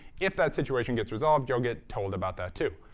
if that situation gets resolved you'll get told about that, too.